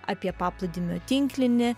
apie paplūdimio tinklinį